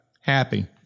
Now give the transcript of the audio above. happy